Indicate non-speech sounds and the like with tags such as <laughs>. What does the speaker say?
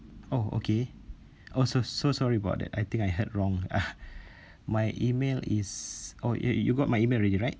oh okay also so sorry about that I think I heard wrong <laughs> my email is or you you got my email already right